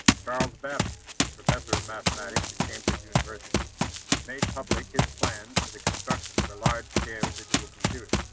charles babbage professor of mathematics at cambridge university made public his plans for the construction of a large scale, digital computer.